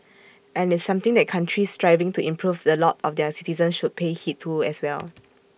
and it's something that countries striving to improve the lot of their citizens should pay heed to as well